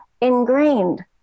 ingrained